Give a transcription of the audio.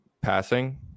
passing